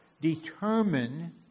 determine